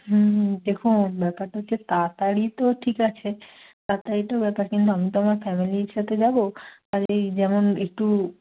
হুম দেখুন ব্যাপারটা হচ্ছে তাড়াতাড়ি তো ঠিক আছে তাড়াতাড়ি তো ব্যাপার কিন্তু আমি তো আমার ফ্যামিলির সাথে যাবো তাই যেমন একটু